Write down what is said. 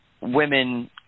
women